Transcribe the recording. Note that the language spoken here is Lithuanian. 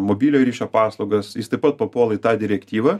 mobiliojo ryšio paslaugas jis taip pat papuola į tą direktyvą